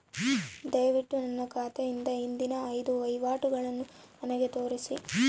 ದಯವಿಟ್ಟು ನನ್ನ ಖಾತೆಯಿಂದ ಹಿಂದಿನ ಐದು ವಹಿವಾಟುಗಳನ್ನು ನನಗೆ ತೋರಿಸಿ